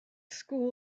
school